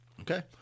Okay